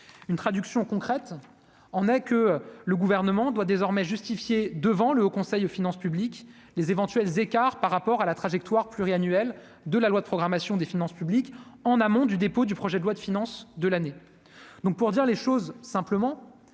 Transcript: une traduction concrète en est que le gouvernement doit désormais justifier devant le Haut Conseil aux finances publiques les éventuels écarts par rapport à la trajectoire pluriannuelle de la loi de programmation des finances publiques en amont du dépôt du projet de loi de finance de l'année, donc pour dire les choses simplement,